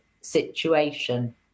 situation